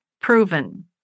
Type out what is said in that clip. proven